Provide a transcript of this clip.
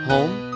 Home